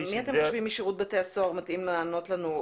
מי אתם חושבים משירות בתי הסוהר מתאים לענות לנו?